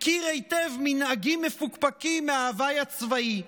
מכיר היטב מנהגים מפוקפקים מההווי הצבאי.